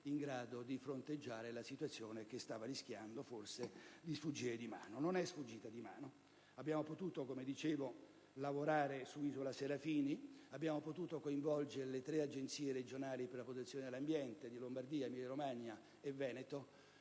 in grado di fronteggiare la situazione che forse stava rischiando di sfuggire di mano. Non è sfuggita di mano. Abbiamo potuto, come dicevo, lavorare su Isola Serafini. Abbiamo potuto coinvolgere le tre Agenzie regionali per la protezione dell'ambiente di Lombardia, Veneto